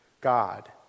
God